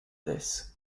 this